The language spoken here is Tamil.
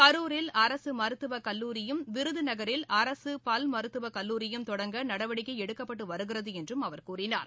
கரூரில் அரசு மருத்துவ கல்லூரியும் விருதுநகரில் அரசு பல்மருத்துவ கல்லூரியும் தொடங்க நடவடிக்கை எடுக்கப்பட்டு வருகிறது என்றும் அவர் கூறினார்